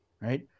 right